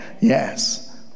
Yes